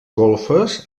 golfes